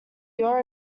your